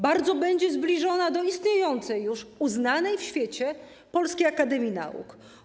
Bardzo będzie zbliżona do istniejącej już, uznanej w świecie Polskiej Akademii Nauk.